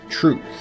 truth